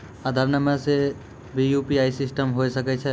आधार नंबर से भी यु.पी.आई सिस्टम होय सकैय छै?